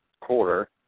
quarter